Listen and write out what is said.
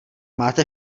máte